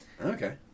Okay